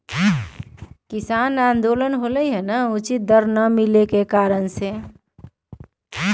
किसान विरोध फसल के उचित दर न मिले पर होई छै